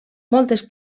moltes